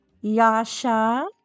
Yasha